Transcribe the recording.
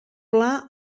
pla